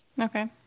Okay